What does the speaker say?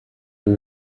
ubu